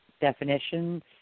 definitions